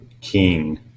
king